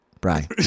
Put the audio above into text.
Brian